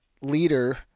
leader